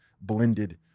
blended